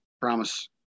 promise